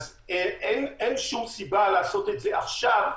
אז, אין שום סיבה לעשות את זה עכשיו.